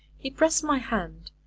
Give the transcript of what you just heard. he pressed my hand,